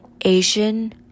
Asian